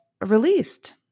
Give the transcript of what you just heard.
released